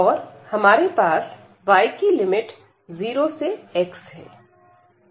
और हमारे पास y की लिमिट 0 से x है